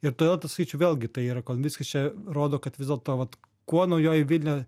ir todėl tai sakyčiau vėlgi tai yra konvickis čia rodo kad vis dėlto vat kuo naujoji vilnia